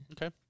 Okay